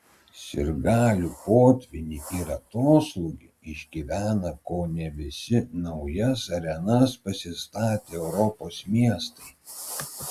sirgalių potvynį ir atoslūgį išgyvena kone visi naujas arenas atsidarę europos miestai